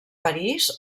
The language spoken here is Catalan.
parís